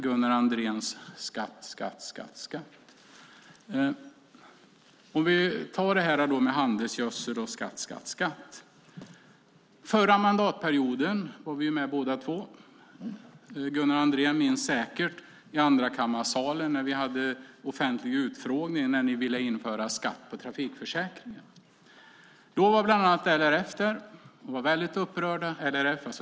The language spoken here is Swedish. Gunnar Andrén minns säkert den offentliga utfrågningen i Andrakammarsalen förra mandatperioden när ni ville införa skatt på trafikförsäkringen.